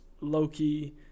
Loki